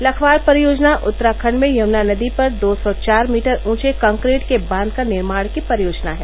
लखवार परियोजना उत्तराखंड में यमुना नदी पर दो सौ चार मीटर ऊंचे कंकरीट के बांध निर्माण की परियोजना है